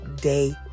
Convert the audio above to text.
day